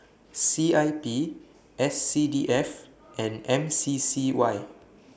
C I P S C D F and M C C Y